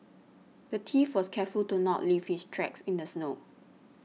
the thief was careful to not leave his tracks in the snow